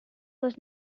was